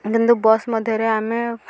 କିନ୍ତୁ ବସ୍ ମାଧ୍ୟମରେ ଆମେ